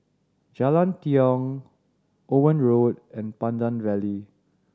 Jalan Tiong Owen Road and Pandan Valley